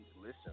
Listen